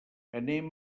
anem